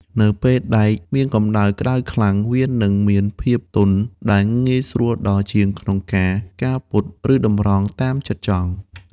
នៅពេលដែកមានកម្ដៅក្ដៅខ្លាំង វានឹងមានភាពទន់ ដែលងាយស្រួលដល់ជាងក្នុងការការពត់ ឬតម្រង់តាមចិត្តចង់។